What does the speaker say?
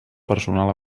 personal